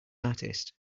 artist